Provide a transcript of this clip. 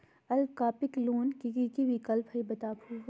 अल्पकालिक लोन के कि कि विक्लप हई बताहु हो?